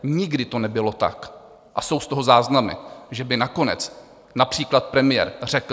Nikdy to nebylo tak, a jsou z toho záznamy, že by nakonec například premiér řekl.